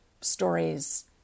stories